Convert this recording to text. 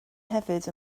hefyd